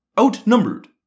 outnumbered